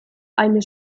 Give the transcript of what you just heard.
eine